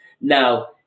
Now